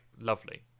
lovely